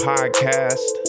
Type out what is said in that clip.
Podcast